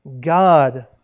God